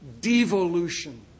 devolution